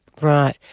Right